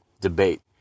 debate